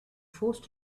forced